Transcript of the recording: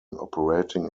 operating